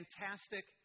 fantastic